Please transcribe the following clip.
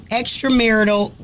extramarital